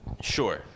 Sure